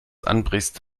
anbrichst